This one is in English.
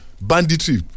Banditry